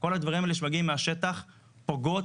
כל הדברים האלה שמגיעים מהשטח פוגעות